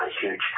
huge